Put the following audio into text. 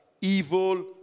evil